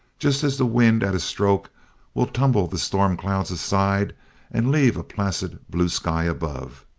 just as the wind at a stroke will tumble the storm clouds aside and leave a placid blue sky above.